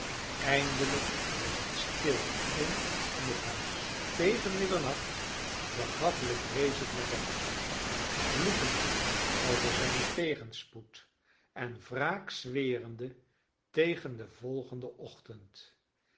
eindelijk werd het stil in en om het huis en tegen middernacht begaf legree zich naar bed vloekende over zijnen tegenspoed en wraak zwerende tegen den volgenden ochtend